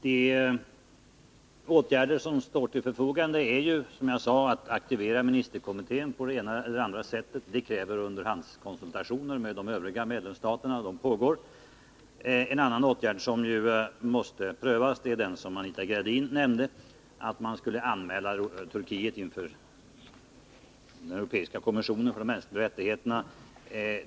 De åtgärder som står till förfogande är, som jag sade, att aktivera ministerkommittén på det ena eller andra sättet. Det kräver underhandskonsultationer med de övriga medlemsstaterna, och sådana pågår. En annan åtgärd som måste prövas är den som Anita Gradin nämnde, att anmäla Turkiet till den europeiska kommissionen för de mänskliga rättigheterna.